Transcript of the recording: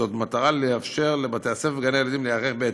כדי לאפשר לבתי-הספר ולגני-הילדים להיערך בהתאם.